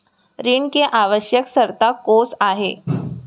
ऋण के आवश्यक शर्तें कोस आय?